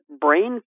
brain